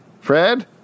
Fred